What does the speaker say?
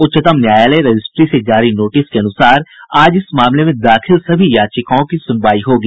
उच्चतम न्यायालय रजिस्ट्री से जारी नोटिस के अनुसार आज इस मामले में दाखिल सभी याचिकाओं की सुनवाई होगी